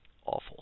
awful